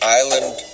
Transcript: island